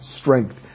strength